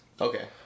okay